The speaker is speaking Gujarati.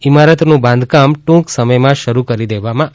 ઇમારતનું બાંધકામ ટૂંક સમયમાં શરૂ કરી દેવામાં આવશે